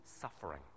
suffering